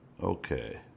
okay